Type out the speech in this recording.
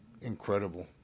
incredible